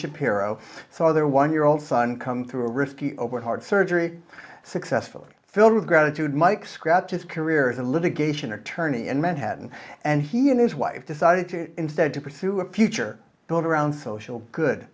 shapiro for their one year old son come through a risk over heart surgery successfully filled with gratitude mike scratch his career as a litigation attorney in manhattan and he and his wife decided instead to pursue a future build around social good